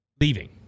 Leaving